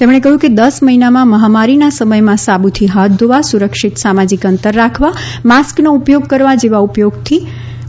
તેમણે કહ્યું કે દસ મહિનામાં મહામારીના સમયમાં સાબુથી હાથ ધોવા અને સુરક્ષિત સામાજિક અંતર રાખવા માસ્કનો ઉપયોગ કરવા જેવા